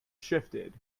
shifted